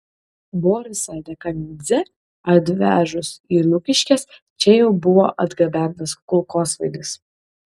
borisą dekanidzę atvežus į lukiškes čia jau buvo atgabentas kulkosvaidis